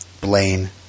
Blaine